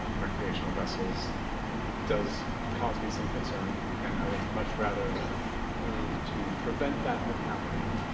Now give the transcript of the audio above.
um recreational vessels does cause me some concern. and i would much rather move to prevent that from happening